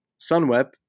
Sunweb